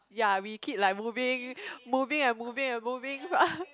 ya we keep like moving moving and moving and moving